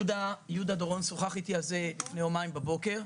יהודה דורון שוחח אתי על זה לפני יומיים בבוקר.